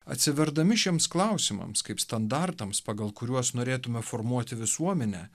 atsiverdami šiems klausimams kaip standartams pagal kuriuos norėtume formuoti visuomenę